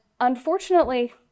unfortunately